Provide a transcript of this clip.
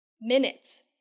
minutes